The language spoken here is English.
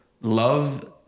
love